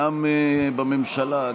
גם בממשלה,